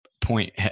point